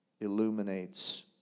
illuminates